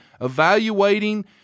evaluating